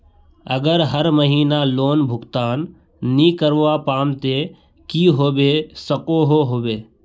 अगर हर महीना लोन भुगतान नी करवा पाम ते की होबे सकोहो होबे?